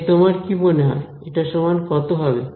তাই তোমার কি মনে হয় এটা সমান কত হবে